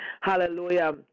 Hallelujah